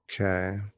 Okay